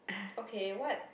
okay what